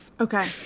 Okay